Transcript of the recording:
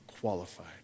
qualified